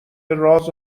راز